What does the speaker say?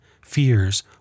fears